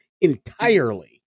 entirely